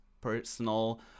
personal